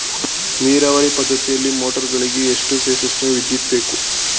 ನೀರಾವರಿ ಪದ್ಧತಿಯಲ್ಲಿ ಮೋಟಾರ್ ಗಳಿಗೆ ಎಷ್ಟು ಫೇಸ್ ನ ವಿದ್ಯುತ್ ಬೇಕು?